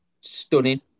Stunning